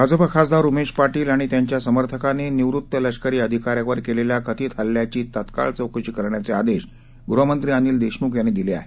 भाजपा खासदार उमेश पाटील आणि त्यांच्या समर्थकांनी निवृत्त लष्करी अधिकाऱ्यावर केलेल्या कथित हल्ल्याची तात्काळ चौकशी करण्याचे आदेश गृहमंत्री अनिल देशमुख यांनी दिले आहेत